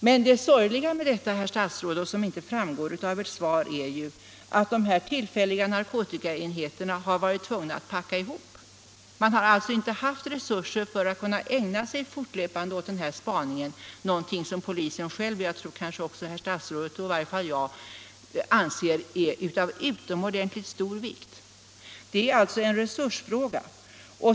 Men det sorgliga med detta är, herr statsråd — och det framgår inte av ert svar — att dessa tillfälliga narkotikaenheter har varit tvungna att packa ihop. Man har alltså inte haft resurser för att fortlöpande ägna sig åt denna spaning, någonting som polisen själv, och jag tror kanske också herr statsrådet, och i varje fall jag anser vara av utomordentligt stor vikt. Detta är alltså en resursfråga.